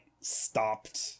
stopped